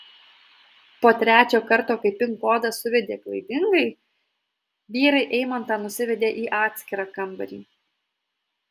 po trečio karto kai pin kodą suvedė klaidingai vyrai eimantą nusivedė į atskirą kambarį